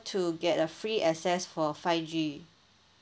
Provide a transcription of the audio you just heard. to get a free access for five G